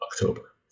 October